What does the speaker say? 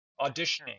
auditioning